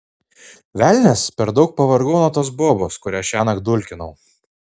velnias per daug pavargau nuo tos bobos kurią šiąnakt dulkinau